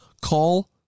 Call